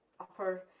upper